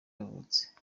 yavutse